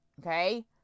okay